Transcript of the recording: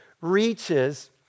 reaches